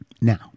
Now